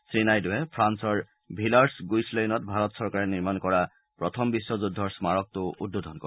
শ্ৰীনাইডুৱে ফ্ৰান্সৰ ভিলাৰ্চ গুইচলেইনত ভাৰত চৰকাৰে নিৰ্মাণ কৰা প্ৰথম বিশ্বযুদ্ধৰ স্মাৰকটোও উদ্বোধন কৰে